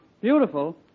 Beautiful